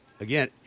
again